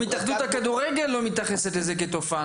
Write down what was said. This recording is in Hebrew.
ההתאחדות לכדורגל לא מתייחסת לזה כתופעה.